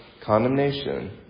condemnation